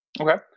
okay